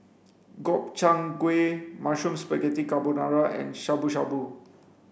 Gobchang Gui Mushroom Spaghetti Carbonara and Shabu Shabu